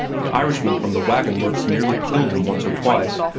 the irishmen from the wagon-works nearly killed him once or twice,